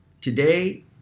Today